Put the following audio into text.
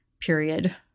period